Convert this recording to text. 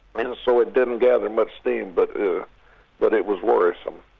and so it didn't gather much steam, but but it was worrisome.